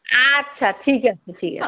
আচ্ছা ঠিক আছে ঠিক আছে